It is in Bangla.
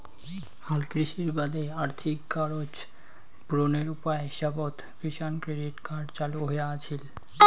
হালকৃষির বাদে আর্থিক গরোজ পূরণের উপায় হিসাবত কিষাণ ক্রেডিট কার্ড চালু হয়া আছিল